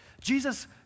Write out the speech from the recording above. Jesus